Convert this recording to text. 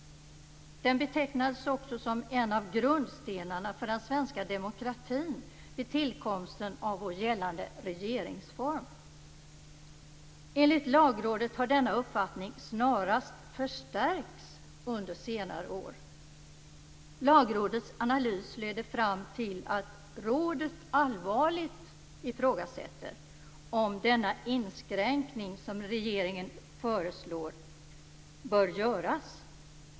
Den betecknas också som en av grundstenarna för den svenska demokratin vid tillkomsten av vår gällande regeringsform. Enligt Lagrådet har denna uppfattning snarast förstärkts under senare år. Lagrådets analys leder fram till att rådet allvarligt ifrågasätter om denna inskränkning, som regeringen föreslår, bör göras.